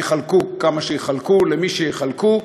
יחלקו כמה שיחלקו למי שיחלקו,